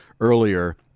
earlier